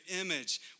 image